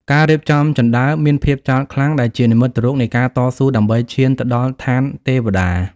ការរៀបចំជណ្តើរមានភាពចោទខ្លាំង ដែលជានិមិត្តរូបនៃការតស៊ូដើម្បីឈានទៅដល់ឋានទេវតា។